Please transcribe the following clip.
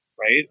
Right